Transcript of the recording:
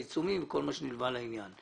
עיצומים וכל מה שנלווה לזה.